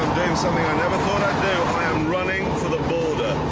doing something i never thought i'd do. i am running for the border.